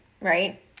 Right